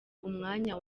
umwanya